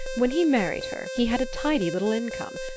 when he married her he had a tidy little income,